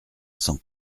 sans